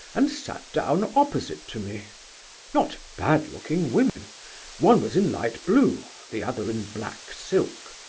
and sat down opposite to me not bad-looking women one was in light blue, the other in black silk.